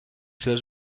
seves